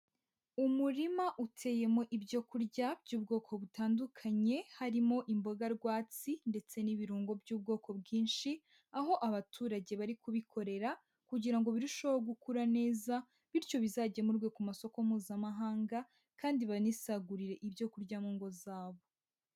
Umurima uteyemo ibyo kurya by'ubwoko butandukanye harimo imboga rwatsi ndetse n'ibirungo by'ubwoko bwinshi, aho abaturage bari kubikorera kugira ngo birusheho gukura neza bityo bizagemurwe ku masoko Mpuzamahanga kandi banisagurire ibyo kurya mu ngo zabo.